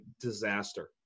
disaster